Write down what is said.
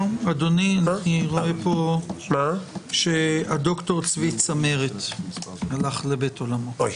אדוני, אני רואה שהד"ר צבי צמרת הלך לבית עולמו.